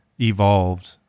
evolved